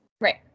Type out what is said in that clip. Right